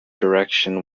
direction